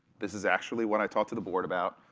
this is actually what i talked to the board about.